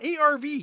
arv